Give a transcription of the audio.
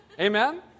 Amen